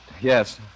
Yes